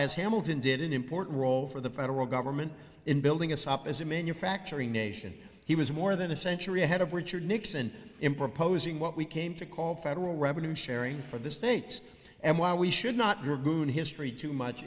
as hamilton did an important role for the federal government in building us up as a manufacturing nation he was more than a century ahead of richard nixon in proposing what we came to call federal revenue sharing for the states and why we should not goon history too much